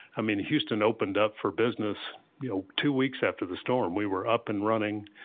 i mean, houston opened up for business you know two weeks after the storm we were up and running.